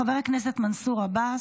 חבר הכנסת עמאר,